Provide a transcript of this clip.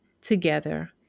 together